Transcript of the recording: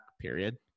period